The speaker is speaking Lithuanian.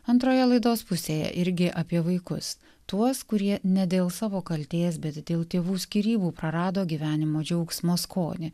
antroje laidos pusėje irgi apie vaikus tuos kurie ne dėl savo kaltės bet dėl tėvų skyrybų prarado gyvenimo džiaugsmo skonį